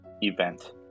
event